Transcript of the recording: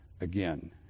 again